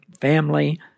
family